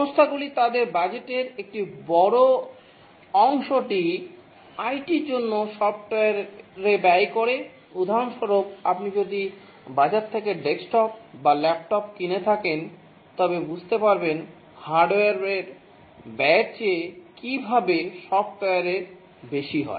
সংস্থাগুলি তাদের বাজেটের একটি বড় অংশটি আইটি র জন্য সফ্টওয়্যারে ব্যয় করে উদাহরণস্বরূপ আপনি যদি বাজার থেকে ডেস্কটপ বা ল্যাপটপ কিনে থাকেন তবে বুঝতে পারবেন হার্ডওয়্যারের ব্যয়ের চেয়ে কীভাবে সফ্টওয়্যারের বেশি হয়